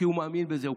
כי הוא מאמין בזה,